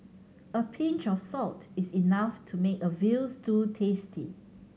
a pinch of salt is enough to make a veal stew tasty